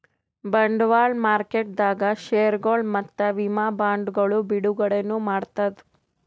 ಬಂಡವಾಳ್ ಮಾರುಕಟ್ಟೆದಾಗ್ ಷೇರ್ಗೊಳ್ ಮತ್ತ್ ವಿಮಾ ಬಾಂಡ್ಗೊಳ್ ಬಿಡುಗಡೆನೂ ಮಾಡ್ತದ್